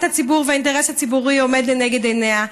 הציבור והאינטרס הציבורי עומד לנגד עיניה,